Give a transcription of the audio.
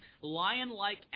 lion-like